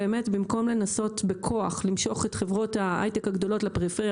במקום לנסות בכוח למשוך את חברות ההייטק הגדולות לפריפריה,